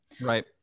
right